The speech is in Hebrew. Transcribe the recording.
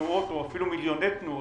תנועות או אפילו מיליוני תנועות,